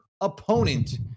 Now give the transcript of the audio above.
opponent